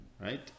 Right